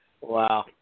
Wow